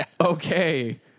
Okay